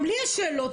גם לי יש שאלות,